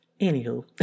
Anywho